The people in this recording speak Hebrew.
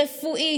רפואי,